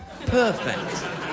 Perfect